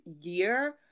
year